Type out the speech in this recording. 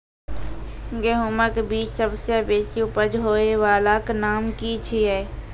गेहूँमक बीज सबसे बेसी उपज होय वालाक नाम की छियै?